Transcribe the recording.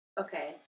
Okay